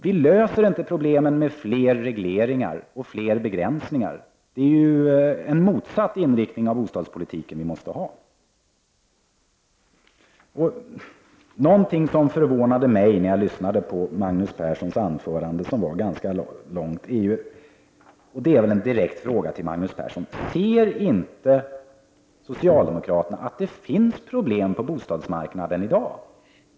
Vi löser inte problemen med fler regleringar och fler begränsningar — vad vi behöver är en motsatt inriktning av bostadspolitiken. När jag lyssnade på Magnus Perssons anförande, som var ganska långt, förvånades jag över något som han sade, vilket får mig att ställa en direkt fråga till honom: Ser inte socialdemokraterna att det i dag finns problem på bostadsmarknaden?